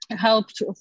helped